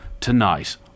tonight